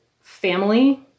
family